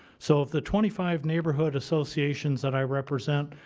so of the twenty five neighborhood associations that i represent,